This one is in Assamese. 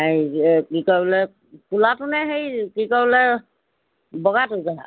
হেৰি কি কয় বোলে ক'লাটো নে হেৰি কি কয় বোলে বগাটো জহা